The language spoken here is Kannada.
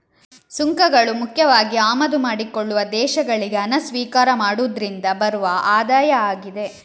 ಸುಂಕಗಳು ಮುಖ್ಯವಾಗಿ ಆಮದು ಮಾಡಿಕೊಳ್ಳುವ ದೇಶಗಳಿಗೆ ಹಣ ಸ್ವೀಕಾರ ಮಾಡುದ್ರಿಂದ ಬರುವ ಆದಾಯ ಆಗಿದೆ